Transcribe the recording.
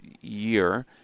year